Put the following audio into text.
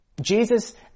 Jesus